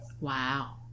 Wow